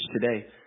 today